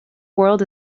world